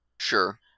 sure